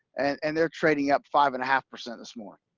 and and they're trading up five and a half percent this morning.